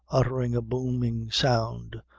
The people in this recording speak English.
uttering a booming sound,